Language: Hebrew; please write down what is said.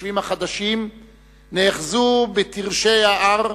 המתיישבים החדשים נאחזו בטרשי ההר,